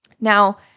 Now